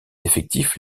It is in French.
effectifs